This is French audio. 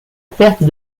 perte